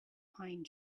pine